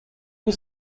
was